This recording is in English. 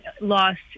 lost